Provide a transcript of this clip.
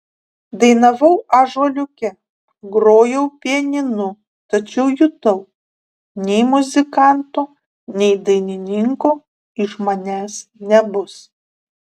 dainavau ąžuoliuke grojau pianinu tačiau jutau nei muzikanto nei dainininko iš manęs nebus